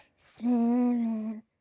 Swimming